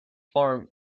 farm